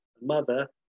Mother